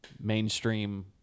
mainstream